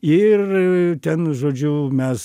ir ten žodžiu mes